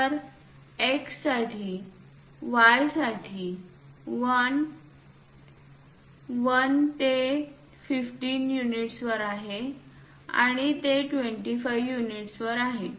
तर X साठी Y साठी 1 1 ते 15 युनिट्स वर आहे आणि ते 25 युनिट्स वर आहे